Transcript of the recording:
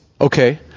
okay